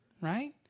Right